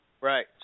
Right